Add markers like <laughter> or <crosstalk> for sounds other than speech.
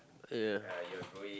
ya <noise>